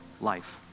life